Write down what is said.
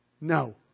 no